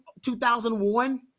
2001